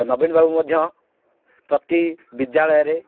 ନବୀନ ବାବୁ ମଧ୍ୟ ପ୍ରତି ବିଦ୍ୟାଳୟରେ